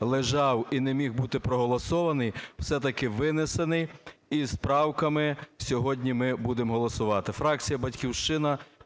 лежав і не міг бути проголосований, все-таки винесений і з правками сьогодні ми будемо голосувати.